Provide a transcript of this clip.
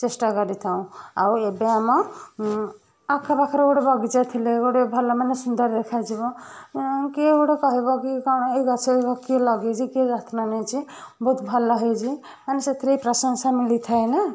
ଚେଷ୍ଟା କରିଥାଉ ଆଉ ଏବେ ଆମ ଆଖପାଖରେ ଗୋଟେ ବଗିଚା ଥିଲେ ଗୋଟେ ଭଲ ମାନେ ସୁନ୍ଦର ଦେଖାଯିବ କିଏ ଗୋଟେ କହିବକି କ'ଣ ଏ ଗଛ କିଏ ଲଗାଇଛି କିଏ ଯତ୍ନ ନେଇଛି ବହୁତ ଭଲ ହେଇଛି ମାନେ ସେଥିରେ ପ୍ରଶଂସା ମିଳିଥାଏ ନା